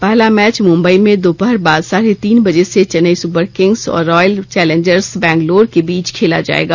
पहला मैच मुंबई में दोपहर बाद साढ़े तीन बजे से चेन्नई सुपरकिंग्स और रॉयल चौलेन्जर्स बैंग्लौर के बीच खेला जाएगा